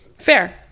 Fair